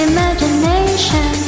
Imagination